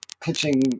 pitching